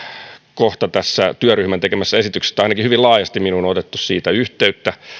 kohta tässä työryhmän tekemässä esityksessä tai ainakin hyvin laajasti minuun on otettu siitä yhteyttä